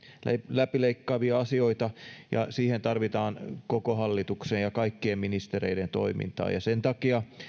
läpileikkaavia asioita ja siihen tarvitaan koko hallituksen ja kaikkien ministereiden toimintaa sen takia